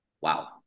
Wow